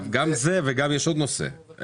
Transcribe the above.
גם זה וגם יש עוד נושא.